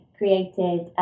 created